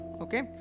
okay